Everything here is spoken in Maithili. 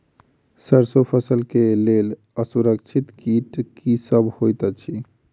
सैरसो फसल केँ लेल असुरक्षित कीट केँ सब होइत अछि?